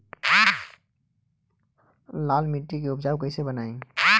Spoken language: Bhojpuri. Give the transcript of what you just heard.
लाल मिट्टी के उपजाऊ कैसे बनाई?